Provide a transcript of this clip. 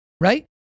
right